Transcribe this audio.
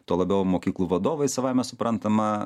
tuo labiau mokyklų vadovai savaime suprantama